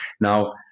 Now